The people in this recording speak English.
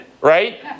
right